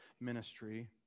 ministry